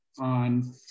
on